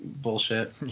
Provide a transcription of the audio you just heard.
bullshit